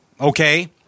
okay